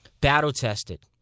battle-tested